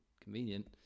convenient